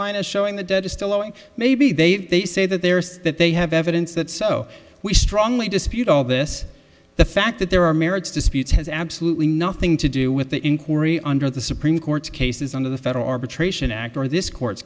line is showing the dead is still owing maybe they've they say that there's that they have evidence that so we strongly dispute all this the fact that there are merits disputes has absolutely nothing to do with the inquiry under the supreme court's cases under the federal arbitration act or this court